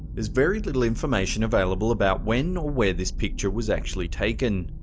there's very little information available about when or where this picture was actually taken.